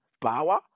power